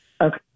Okay